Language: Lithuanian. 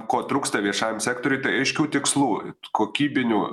ko trūksta viešajam sektoriui tai aiškių tikslų kokybinių